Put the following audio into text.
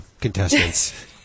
contestants